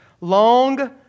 Long